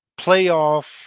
playoff